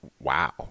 Wow